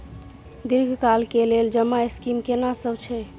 दीर्घ काल के लेल जमा स्कीम केना सब छै?